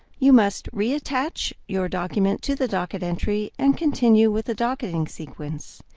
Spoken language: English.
you must reattach your document to the docket entry and continue with the docketing sequence.